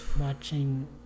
watching